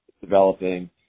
developing